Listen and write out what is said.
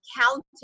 counting